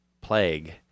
plague